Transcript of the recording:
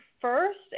first